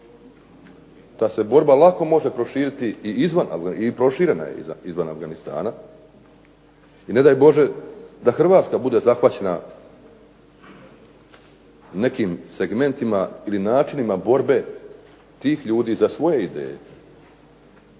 ta se borba lako može proširiti i izvan Afganistana i proširena je izvan Afganistana i ne daj Bože da Hrvatska bude zahvaćena nekim segmentima ili načinima borbe tih ljudi za svoje ideje,